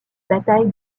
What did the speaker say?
bataille